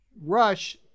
Rush